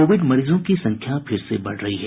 Covid मरीजों की संख्या फिर से बढ़ रही है